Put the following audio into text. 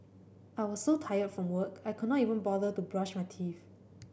I was so tired from work I could not even bother to brush my teeth